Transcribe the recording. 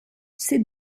s’est